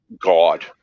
God